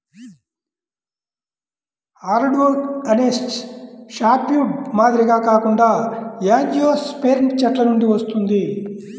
hardwood అనేది softwood మాదిరిగా కాకుండా యాంజియోస్పెర్మ్ చెట్ల నుండి వస్తుంది